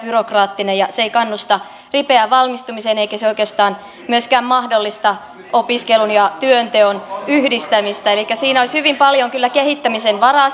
byrokraattinen ja se ei kannusta ripeään valmistumiseen eikä se oikeastaan myöskään mahdollista opiskelun ja työnteon yhdistämistä elikkä siinä opintotukijärjestelmässä olisi hyvin paljon kyllä kehittämisen varaa